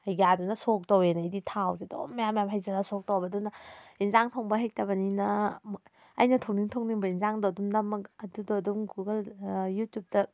ꯑꯩꯒ꯭ꯌꯥꯗꯨꯅ ꯁꯣꯛ ꯇꯧꯋꯦꯅ ꯑꯩꯗꯤ ꯊꯥꯎꯁꯦ ꯑꯗꯨꯝ ꯃꯌꯥꯝ ꯃꯌꯥꯝ ꯍꯩꯖꯜꯂ ꯁꯣꯛ ꯇꯧꯕꯗꯨꯅ ꯏꯟꯖꯥꯡ ꯊꯣꯡꯕ ꯍꯩꯇꯕꯅꯤꯅ ꯑꯩꯅ ꯊꯣꯡꯅꯤꯡ ꯊꯣꯡꯅꯤꯡꯕ ꯏꯟꯖꯥꯡꯗꯣ ꯑꯗꯨꯝ ꯑꯗꯨꯗꯣ ꯑꯗꯨꯝ ꯒꯨꯒꯜꯗ ꯌꯨꯇꯨꯕꯇ